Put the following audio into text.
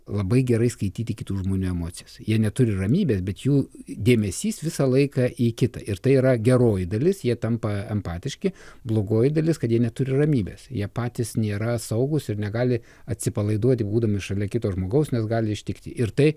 labai gerai skaityti kitų žmonių emocijas jie neturi ramybės bet jų dėmesys visą laiką į kitą ir tai yra geroji dalis jie tampa empatiški blogoji dalis kad jie neturi ramybės jie patys nėra saugūs ir negali atsipalaiduoti būdami šalia kito žmogaus nes gali ištikti ir tai